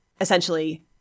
essentially